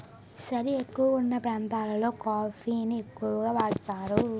సలి ఎక్కువగావున్న ప్రాంతాలలో కాఫీ ని ఎక్కువగా వాడుతారు